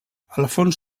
alfons